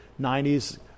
90s